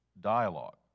dialogue